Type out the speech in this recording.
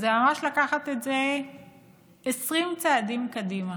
זה ממש לקחת את זה 20 צעדים קדימה.